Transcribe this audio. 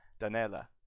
Danella